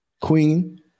Queen